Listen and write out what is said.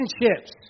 relationships